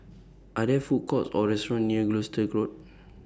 Are There Food Courts Or restaurants near Gloucester Road